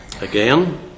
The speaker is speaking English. Again